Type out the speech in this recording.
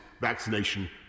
vaccination